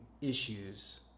issues